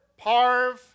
parv